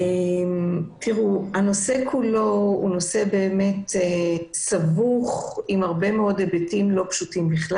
הנושא הוא סבוך ומכיל היבטים לא פשוטים.